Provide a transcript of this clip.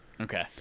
Okay